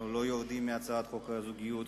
אנחנו לא יורדים מהצעת חוק ברית הזוגיות,